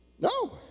No